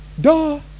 Duh